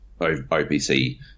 OPC